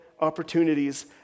opportunities